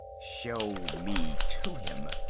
show me to him,